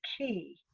key